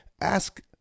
Ask